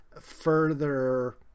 further